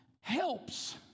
helps